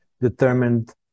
determined